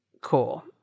Cool